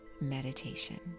meditation